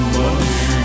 money